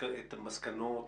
את המסקנות?